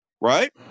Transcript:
right